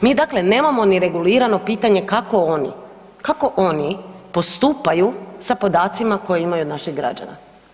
Mi dakle nemamo ni regulirano pitanje kako oni, kako oni postupaju sa podacima koje imaju od naših građana.